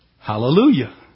Hallelujah